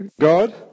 God